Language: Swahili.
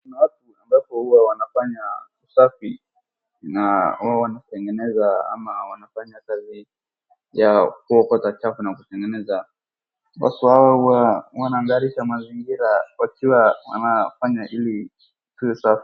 Kuna watu ambapo huwa wanafanya usafi na huwa wanatengeneza ama wanafanya kazi ya kuokota chafu na kutengeza. Basi wao huwa wang'arisha mazingira wakiwa wanfanya ili iwe safi.